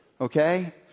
okay